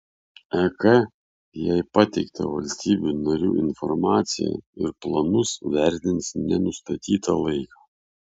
ek jai pateiktą valstybių narių informaciją ir planus vertins nenustatytą laiką